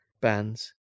bands